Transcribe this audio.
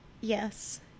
yes